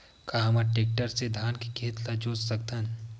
का हमन टेक्टर से धान के खेत ल जोत सकथन?